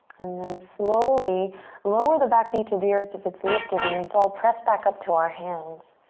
and then slowly lower the back knee to the earth if it's lifted and let's all press back up to our hands.